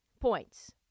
points